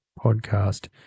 podcast